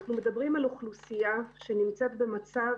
אנחנו מדברים על אוכלוסייה שנמצאת במצב